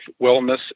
Wellness